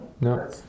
no